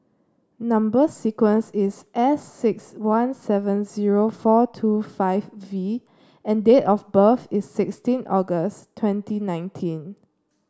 number sequence is S six one seven zero four two five V and date of birth is sixteen August twenty nineteen